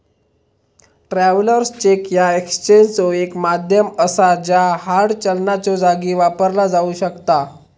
travellers cheque ह्या एक्सचेंजचो एक माध्यम असा ज्या हार्ड चलनाच्यो जागी वापरला जाऊ शकता